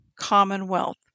commonwealth